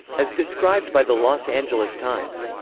as described by the los angeles times.